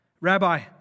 Rabbi